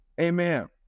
Amen